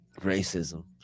racism